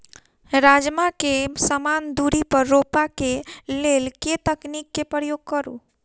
राजमा केँ समान दूरी पर रोपा केँ लेल केँ तकनीक केँ प्रयोग करू?